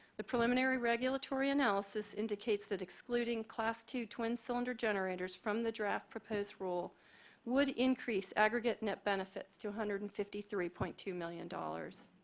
the preliminary regulatory analysis indicates that excluding class two twin cylinder generators from the draft proposed rule would increase aggregate net benefits to one hundred and fifty three point two million dollars.